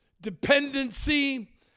dependency